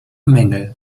mängel